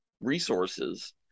resources